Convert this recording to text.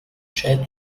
شاید